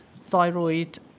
thyroid